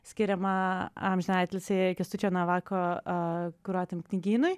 skiriamą amžiną atilsį kęstučio navako kuruotam knygynui